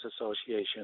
Association